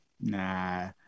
Nah